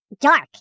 dark